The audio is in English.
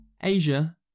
Asia